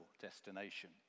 destination